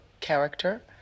character